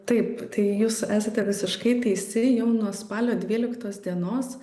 taip tai jūs esate visiškai teisi jau nuo spalio dvyliktos dienos